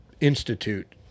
institute